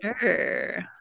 sure